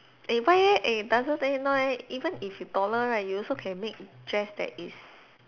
eh why eh eh doesn't no eh even if you taller right you also can make dress that is